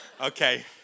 Okay